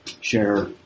share